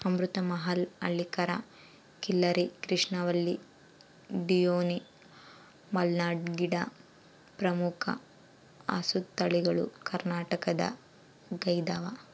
ಅಮೃತ ಮಹಲ್ ಹಳ್ಳಿಕಾರ್ ಖಿಲ್ಲರಿ ಕೃಷ್ಣವಲ್ಲಿ ಡಿಯೋನಿ ಮಲ್ನಾಡ್ ಗಿಡ್ಡ ಪ್ರಮುಖ ಹಸುತಳಿಗಳು ಕರ್ನಾಟಕದಗೈದವ